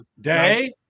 day